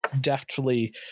Deftly